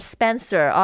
Spencer